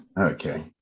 Okay